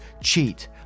cheat